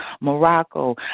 Morocco